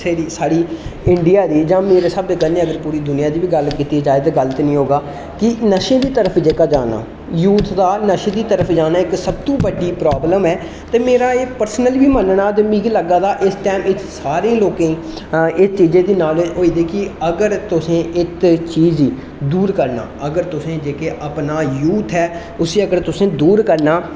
साढ़ी इंडिया दी जां मेरे स्हाबै कन्नै अगर पूरी दुनिया दी बी गल्ल कीती जाए ते गलत नी होगा कि नशें दी तरफ जेहका जाना यूथ दा नशें दी तरफ जाना इक सब तूं बड्डी प्राबलम ऐ ते मेरा एह् पर्सनली बी मन्नना ते मिगी लग्गा दा कि टैम सारे लोकें गी इस चीज दी नालेज होई जेहकी अगर तुसें एत्त चीज गी दूर करना अगर तुसें जेहके अपना यूथ ऐ उसी अगर तुसें दूर करना